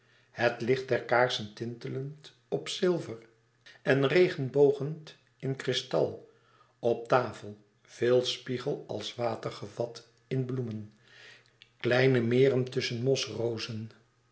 het licht der kaarsen tintelend op zilver en regenbogend in kristal op tafel veel spiegel als water gevat in bloemen kleine meeren tusschen mosrozen